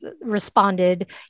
responded